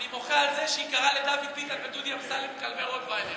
אני מוחה על זה שהיא קראה לדוד ביטן ודודי אמסלם כלבי רוטוויילר.